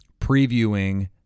previewing